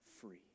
free